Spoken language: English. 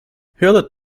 hewlett